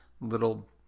little